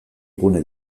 gune